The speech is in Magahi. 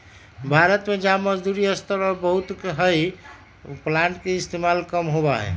भारत में जहाँ मजदूरी सस्ता और बहुत हई प्लांटर के इस्तेमाल कम होबा हई